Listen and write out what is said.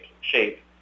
shape